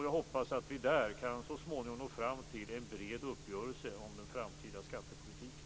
Jag hoppas att vi där så småningom kan nå fram till en bred uppgörelse om den framtida skattepolitiken.